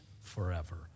forever